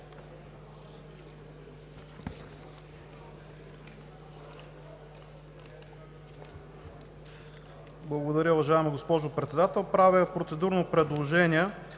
Благодаря. Уважаема госпожо Председател, правя процедурно предложение